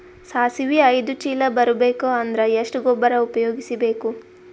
ಸಾಸಿವಿ ಐದು ಚೀಲ ಬರುಬೇಕ ಅಂದ್ರ ಎಷ್ಟ ಗೊಬ್ಬರ ಉಪಯೋಗಿಸಿ ಬೇಕು?